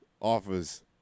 offers